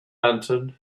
answered